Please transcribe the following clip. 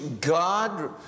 God